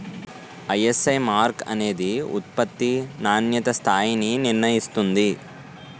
ISI mark అనేది ఉత్పత్తి నాణ్యతా స్థాయిని నిర్ణయిస్తుంది